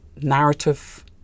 narrative